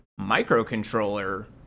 microcontroller